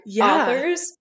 authors